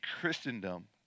Christendom